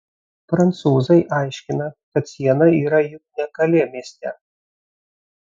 prancūzai aiškina kad siena yra juk ne kalė mieste